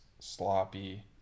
sloppy